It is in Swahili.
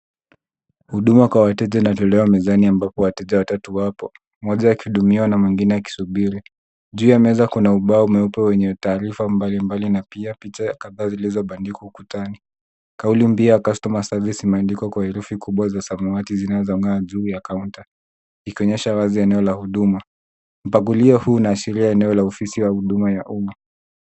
Huduma kwa wateja inatolewa mezani ambapo wateja watatu wapo, mmoja akihudumiwa na mmoja akisubiri. Juu ya meza kuna ubao mweupe wenye taarifa mbalimbali na pia picha kadhaa zilizobandikwa ukutani. Kauli mbiu ya Customer Service imeandikwa kwa herufi kubwa za samawati zinazong'aa juu ya kaunta ikionyesha wazi eneo la huduma. Mpangilio huu unaashiria eneo la ofisi au huduma ya umma.